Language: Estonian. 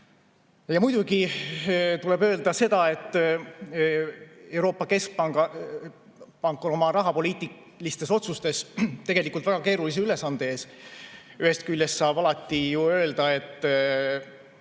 Muidugi tuleb öelda seda, et Euroopa Keskpank on oma rahapoliitilistes otsustes tegelikult väga keerulise ülesande ees. Ühest küljest saab alati ju öelda, et